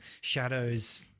shadows